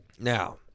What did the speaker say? Now